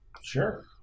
Sure